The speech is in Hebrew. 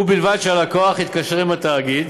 ובלבד שהלקוח התקשר עם התאגיד